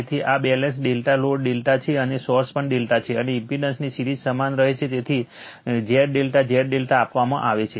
તેથી આ balance ∆ load ∆ છે અને સોર્સ પણ ∆ છે અને ઇમ્પેડન્સની સિરીઝ સમાન રહે છે તેથી Z∆ Z∆ આપવામાં આવે છે